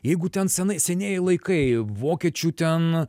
jeigu ten senai senieji laikai vokiečių ten